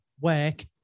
work